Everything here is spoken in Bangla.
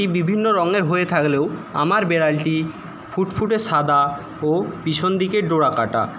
বিভিন্ন রঙের হয়ে থাকলেও আমার বিড়ালটি ফুটফুটে সাদা ও পিছনদিকে ডোরাকাটা